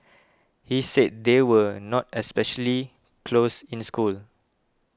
he said they were not especially close in school